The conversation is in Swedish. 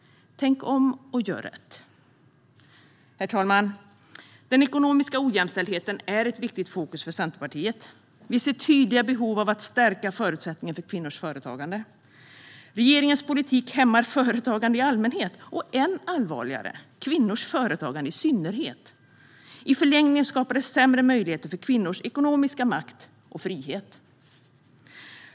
Tänk om och gör rätt! Herr talman! Den ekonomiska ojämställdheten är ett viktigt fokus för Centerpartiet. Vi ser tydliga behov av att stärka förutsättningarna för kvinnors företagande. Regeringens politik hämmar företagande i allmänhet och, än allvarligare, kvinnors företagande i synnerhet. I förlängningen skapar det sämre möjligheter för kvinnors ekonomiska makt och frihet.